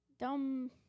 Dumb